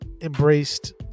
embraced